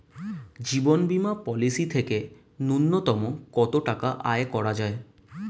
জীবন বীমা পলিসি থেকে ন্যূনতম কত টাকা আয় করা যায়?